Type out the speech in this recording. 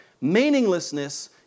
Meaninglessness